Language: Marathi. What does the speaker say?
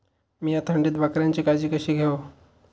मीया थंडीत बकऱ्यांची काळजी कशी घेव?